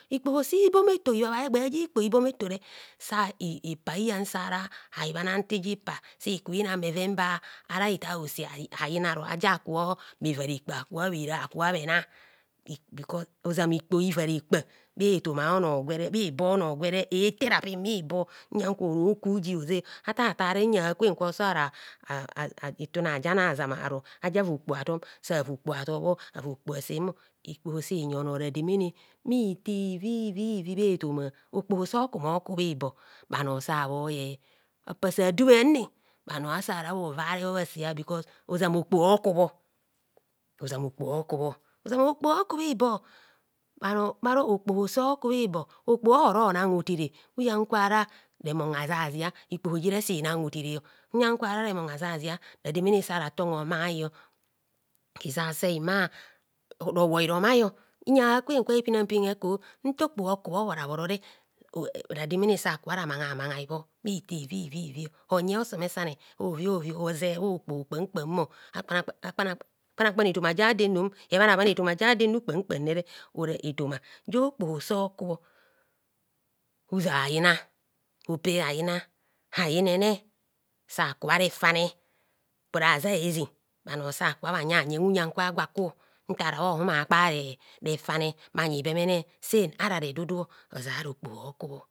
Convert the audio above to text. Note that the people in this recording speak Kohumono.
Ikpoho si boma eto ibha bha egbeh jå rkpoho iboma etore sa ipa bhahyan gevara ibhana intasipa si ku ina bheven ba ra hita ose eyinaru aja kubho bheven rekpa akubho bhera akubho bhena ozoma ikpoho iva rekpa bhetoma onogwere bhibo ono gwere ete rapin bhibo nyon kwo roku di oze atatare njakwen gwa jara (stammering)itune ajana aro aja va okpoho atom sa va okpoho atobho ava okpo asenmo ikpo si yi onor rademene bhito ivivivivivivi bhetoma okpoho so kumo okubhibo bhanor sa bhoye apasa duwe anne bhanor asa rabhovare bho bhasea bkos ozama okpo okubho ozama okpoho okubho. ozama okpoho okubhibo bhano okpo so ku bhibo okpoho ohorona hotere uyan kwara remon aja zia okpoho jire si na hotere uyan kwara remon aja zia rademehe ratama omaghai hizase hima rowoi romai nya akpen gwa hepinampin heku nta okpoho okubho obhora bhoro rademene saka ramanghamaghai bho bhito iviviviv onye osomesane hoviovi hoze bha okpoho kpamkpam (stammering)akpanakpan etoma jado enu ebhanabhan etoma ja do enu kpam kpamne ora eto ja okpoho so kubho uzah yina hope ayina ayinene saku bha refane opora aze áezin bhano saka bhayeyen uyen kwa gwo aku ntara bho humo bhakpare refane bhayi bemene senara redudu ozara okpo okubho.